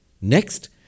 Next